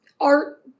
art